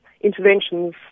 interventions